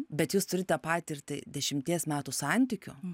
bet jūs turite patirtį dešimties metų santykių